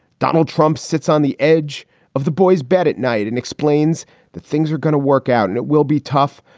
donald trump sits on the edge of the boy's bed at night and explains that things are going to work out and it will be tough,